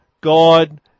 God